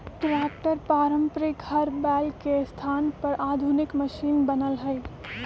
tractor पारम्परिक हर बैल के स्थान पर आधुनिक मशिन बनल हई